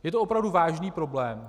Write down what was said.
Je to opravdu vážný problém.